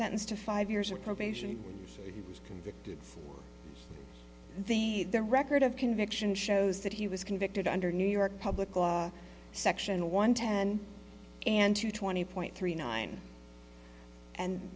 sentenced to five years of probation convicted for the the record of conviction shows that he was convicted under new york public law section one ten and two twenty point three nine and